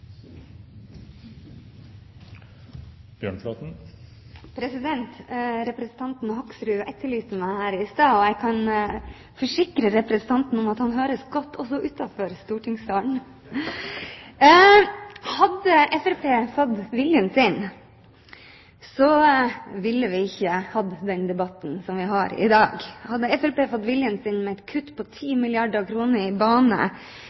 Representanten Hoksrud etterlyste meg her i stad. Jeg kan forsikre representanten om at han høres godt også utenfor stortingssalen. Hadde Fremskrittspartiet fått viljen sin, ville vi ikke hatt den debatten som vi har i dag. Hadde Fremskrittspartiet fått viljen sin med et kutt på 10 milliarder kr i bane